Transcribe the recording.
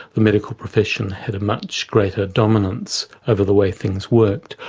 the medical profession had a much greater dominance over the way things worked,